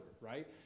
right